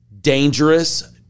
dangerous